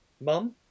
Mum